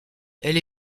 elle